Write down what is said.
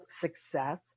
success